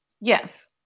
yes